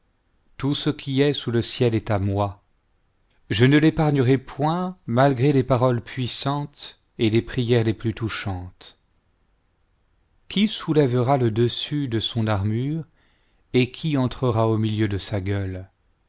tout ce qui est sous le ciel est à moi je ne l'épargnerai point malgré les paroles puissantes et les prières les plus touchantes qui soulèvera le dessus de son armure et qui entrera au milieu de sa gueule